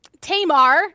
Tamar